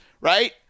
right